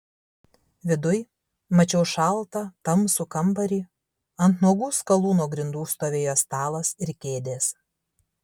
viduj mačiau šaltą tamsų kambarį ant nuogų skalūno grindų stovėjo stalas ir kėdės